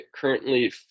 currently